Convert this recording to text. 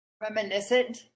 reminiscent